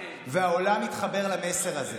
והעולם התחבר למסר הזה,